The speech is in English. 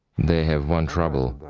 they have one trouble,